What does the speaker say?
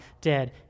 dead